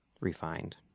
refined